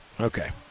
Okay